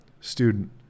student